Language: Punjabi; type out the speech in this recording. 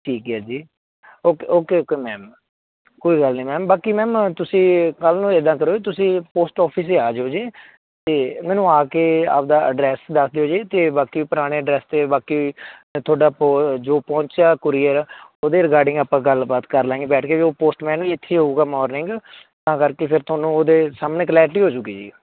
ਠੀਕ ਹੈ ਜੀ ਓਕੇ ਓਕੇ ਓਕੇ ਮੈਮ ਕੋਈ ਗੱਲ ਨਹੀਂ ਮੈਮ ਬਾਕੀ ਮੈਮ ਤੁਸੀਂ ਕੱਲ੍ਹ ਨੂੰ ਇੱਦਾਂ ਕਰੋ ਤੁਸੀਂ ਪੋਸਟ ਆਫਿਸ ਹੀ ਆ ਜਾਇਓ ਜੀ ਅਤੇ ਮੈਨੂੰ ਆ ਕੇ ਆਪਣਾ ਐਡਰੈਸ ਦੱਸ ਦਿਓ ਜੀ ਅਤੇ ਬਾਕੀ ਪੁਰਾਣੇ ਐਡਰੈਸ 'ਤੇ ਬਾਕੀ ਤੁਹਾਡਾ ਪੋ ਜੋ ਪਹੁੰਚਿਆ ਕੁਰੀਅਰ ਉਹਦੇ ਰਿਗਾਰਡਿੰਗ ਆਪਾਂ ਗੱਲਬਾਤ ਕਰ ਲਾਂਗੇ ਬੈਠ ਕੇ ਵੀ ਉਹ ਪੋਸਟਮੈਨ ਵੀ ਇੱਥੇ ਹੋਵੇਗਾ ਮੋਰਨਿੰਗ ਤਾਂ ਕਰਕੇ ਫਿਰ ਤੁਹਾਨੂੰ ਉਹਦੇ ਸਾਹਮਣੇ ਕਲੈਰਟੀ ਹੋ ਜੂਗੀ ਜੀ